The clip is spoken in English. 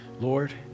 Lord